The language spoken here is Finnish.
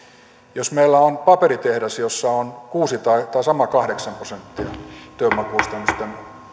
jos meillä on paperitehdas jossa on kuusi tai tämä sama kahdeksan prosenttia työvoimakustannusten